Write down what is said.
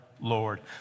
Lord